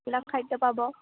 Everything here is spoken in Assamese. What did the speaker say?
এইবিলাক খাদ্য পাব